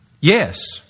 Yes